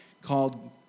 called